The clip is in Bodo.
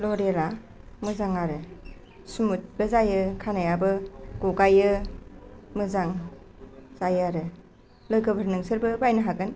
ल'रियेला मोजां आरो स्मुथ बो जायो खानायाबो ग'गायो मोजां जायो आरो लोगोफोर नोंसोरबो बायनो हागोन